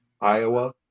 Iowa